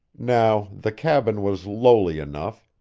now, the cabin was lowly enough,